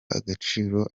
agaciro